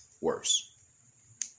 worse